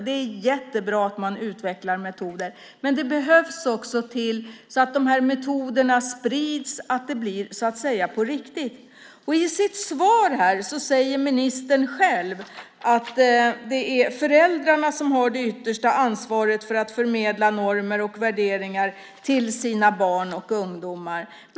Det är jättebra att man utvecklar metoder, men de här metoderna behöver också spridas så att det så att säga blir på riktigt. I sitt svar säger ministern själv att det är föräldrarna som har det yttersta ansvaret för att förmedla normer och värderingar till sina barn och ungdomar.